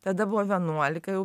tada buvo vienuolika jau